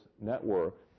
network